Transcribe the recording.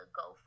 go